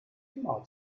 immer